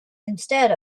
instead